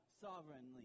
sovereignly